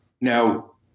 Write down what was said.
Now